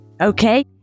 okay